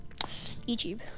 YouTube